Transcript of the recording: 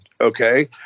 okay